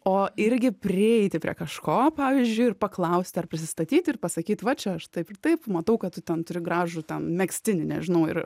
o irgi prieiti prie kažko pavyzdžiui paklausti ar prisistatyti ir pasakyt va čia aš taip ir taip matau kad ten turi gražų tą megztinį nežinau ir